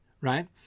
Right